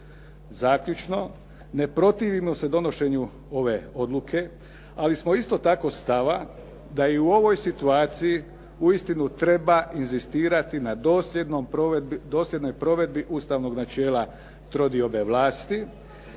Zaključno, ne protivimo se donošenju ove odluke, ali smo isto tako stava da i u ovoj situaciji uistinu treba inzistirati na dosljednoj provedbi ustavnog načela trodiobe vlasti